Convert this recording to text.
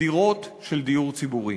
דירות של דיור ציבורי.